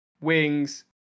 wings